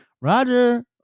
Roger